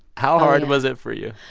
how hard was it for you?